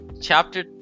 Chapter